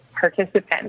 participants